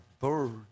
bird